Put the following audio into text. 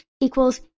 equals